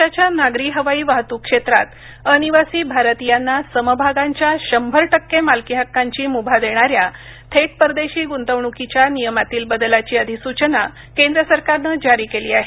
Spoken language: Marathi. देशाच्या नागरी हवाई वाहतूक क्षेत्रात अनिवासी भारतीयांना समभागांच्या शंभर टक्के मालकी हक्कांची मुभा देणाऱ्या थेट परदेशी गुंतवणुकीच्या नियमातील बदलाची अधिसूचना केंद्र सरकारनं जारी केली आहे